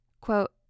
Quote